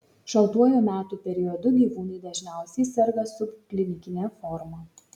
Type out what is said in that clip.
šaltuoju metų periodu gyvūnai dažniausiai serga subklinikine forma